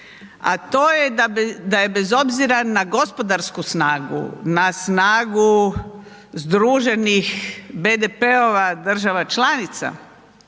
a to je da je bez obzira na gospodarsku snagu, na snagu sdruženih BDP-ova država članica